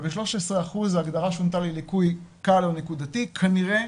וב-13% ההגדרה שונתה לליקוי קל עד נקודתי, כנראה